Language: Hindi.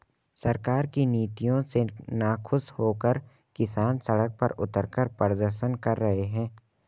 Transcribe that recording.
सरकार की नीतियों से नाखुश होकर किसान सड़क पर उतरकर प्रदर्शन कर रहे हैं